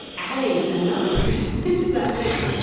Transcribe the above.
adding another person into that mix,